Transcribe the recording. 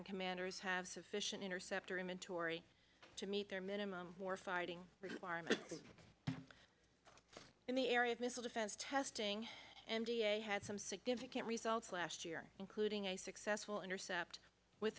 ant commanders have sufficient interceptor him and tori to meet their minimum more fighting requirements in the area of missile defense testing n d a had some significant results last year including a successful intercept with